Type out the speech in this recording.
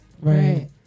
right